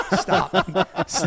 Stop